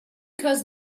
because